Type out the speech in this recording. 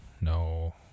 no